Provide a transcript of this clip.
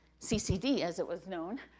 ccd, as it was known,